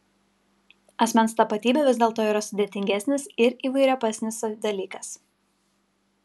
asmens tapatybė vis dėlto yra sudėtingesnis ir įvairiopesnis dalykas